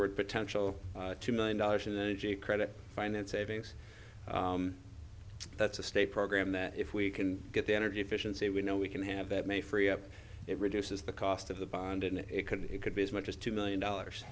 word potential two million dollars credit finance savings that's a state program that if we can get the energy efficiency we know we can have that may free up it reduces the cost of the bond and it could it could be as much as two million dollars